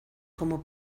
como